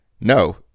No